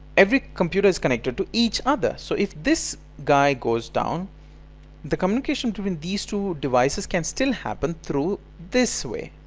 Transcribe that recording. every computer is connected to each other. so if this guy goes down the communication between these two devices can still happen through this way.